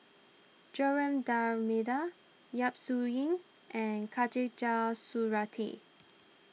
Joaquim D'Almeida Yap Su Yin and Khatijah Surattee